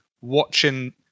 watching